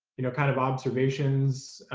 you know kind of observations.